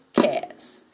Cast